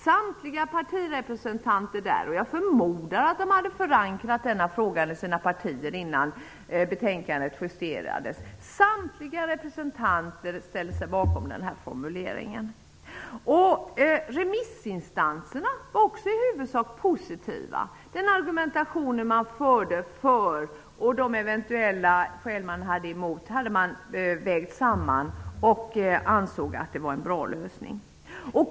Samtliga partirepresentanter där -- jag förmodar att de hade förankrat denna fråga i sina partier innan betänkandet justerades -- ställde sig bakom formuleringen. Remissinstanserna var i huvudsak positiva. Den argumentation man förde för och det man eventuellt hade emot hade man vägt samman och ansåg att det var en bra lösning.